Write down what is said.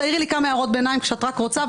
תעירי לי כמה הערות ביניים כשאת רק רוצה,